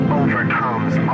overcomes